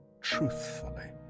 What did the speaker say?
Truthfully